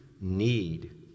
need